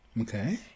Okay